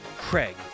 Craig